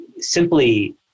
simply